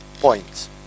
points